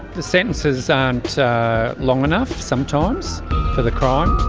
the sentences aren't long enough sometimes for the crime.